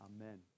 Amen